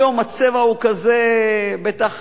היום הצבע כזה, בטח